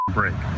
break